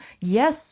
yes